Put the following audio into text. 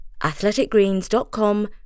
athleticgreens.com